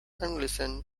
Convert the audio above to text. listen